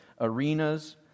arenas